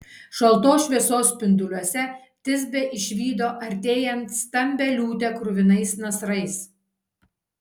šaltos šviesos spinduliuose tisbė išvydo artėjant stambią liūtę kruvinais nasrais